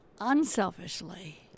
unselfishly